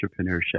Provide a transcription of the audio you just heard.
entrepreneurship